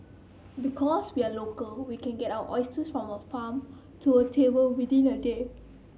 because we are local we can get our oysters from a farm to a table within the day